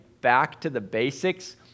back-to-the-basics